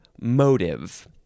motive